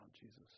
Jesus